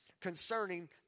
concerning